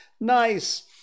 Nice